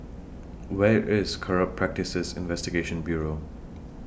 Where IS Corrupt Practices Investigation Bureau